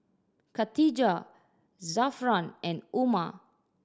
Khatijah Zafran and Umar